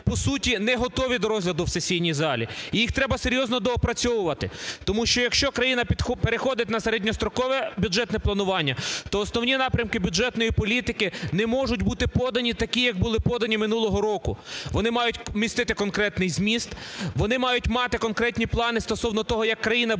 по суті, не готові до розгляду в сесійній залі, їх треба серйозно доопрацьовувати. Тому що, якщо країна переходить на середньострокове бюджетне планування, то основні напрямки бюджетної політики не можуть бути подані такі, як були подані минулого року, вони мають містити конкретний зміст, вони мають мати конкретні плани стосовно того, як країна буде